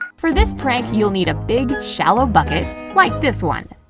for this prank, you'll need a big, shallow bucket like this one.